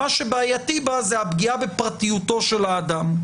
מה שבעייתי בה זאת הפגיעה בפרטיותו של האדם.